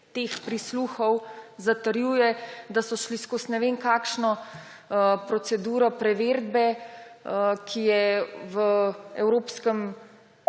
teh prisluhov zatrjuje, da so šli skozi ne vem kakšno proceduro preverbe, ki je v Evropskem